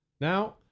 Now